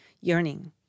yearning